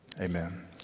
Amen